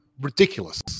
ridiculous